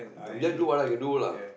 just do what I can do lah